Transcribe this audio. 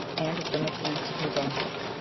and of the micmacs of new brunswick.